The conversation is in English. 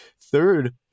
Third